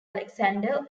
alexander